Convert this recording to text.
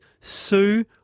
Sue